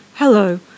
Hello